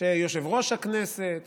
שיושב-ראש הכנסת,